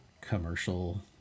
commercial